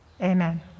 Amen